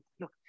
Look